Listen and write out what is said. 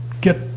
get